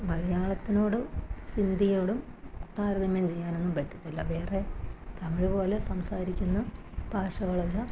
അപ്പോള് മലയാളത്തിനോടും ഹിന്ദിയോടും താരതമ്യം ചെയ്യാനൊന്നും പറ്റത്തില്ല വേറെ തമിഴ് പോലെ സംസാരിക്കുന്ന ഭാഷകളെല്ലാം